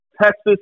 Texas